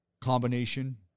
combination